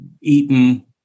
eaten